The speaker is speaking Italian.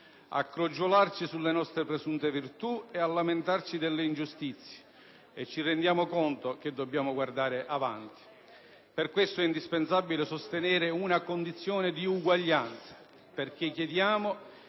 a crogiolarci sulle nostre presunte virtù e a lamentarci delle ingiustizie. E ci rendiamo conto che dobbiamo guardare avanti. Per questo è indispensabile sostenere una condizione di uguaglianza, perché chiediamo